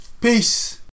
Peace